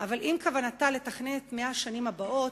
אבל אם כוונתה לתכנן את 100 השנים הבאות,